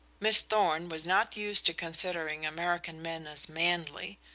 miss thorn was not used to considering american men as manly.